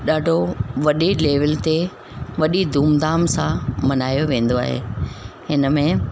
ॾाढो वॾी लेविल ते वॾी धूम धाम सां मल्हायो वेंदो आहे हिन में